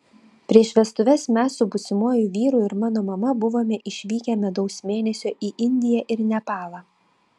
prieš vestuves mes su būsimuoju vyru ir mano mama buvome išvykę medaus mėnesio į indiją ir nepalą